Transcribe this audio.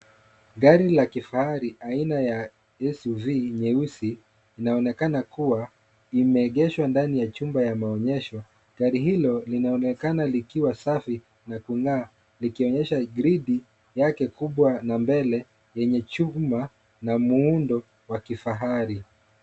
Gari la kifahari aina ya SUV nyeusi, linaonekana kuwa imeegeshwa ndani ya chumba ya maonyesho. Gari hilo linaonekana likiwa safi na kung'aa likionyesha gridi yake kubwa na mbele yenye chuma na muundo wa kifahari.